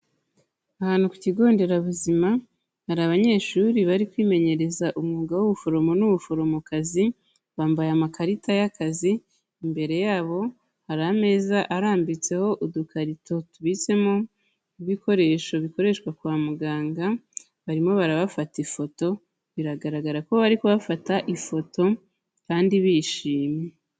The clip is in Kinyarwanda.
Ahantu ku kigo nderabuzima hari abanyeshuri bari kwimenyereza umwuga w'ubuforomo n'ubuforomokazi, bambaye amakarita y'akazi, imbere yabo hari ameza arambitseho udukarito tubitsemo ibikoresho bikoreshwa kwa muganga, barimo barabafata ifoto, biragaragara ko bari bafata ifoto kandi bishimye.